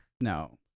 no